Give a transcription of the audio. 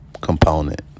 component